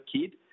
kid